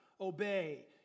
obey